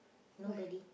why